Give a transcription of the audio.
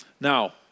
Now